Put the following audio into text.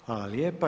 Hvala lijepa.